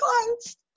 close